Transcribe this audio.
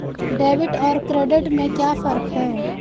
Debit और credit में क्या फर्क है?